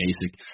basic